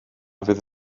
fydd